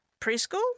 preschool